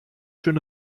schön